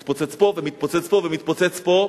מתפוצץ פה, ומתפוצץ פה ומתפוצץ פה,